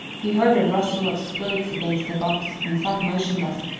he heard a rustle of skirts against the box, and sat motionless,